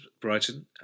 Brighton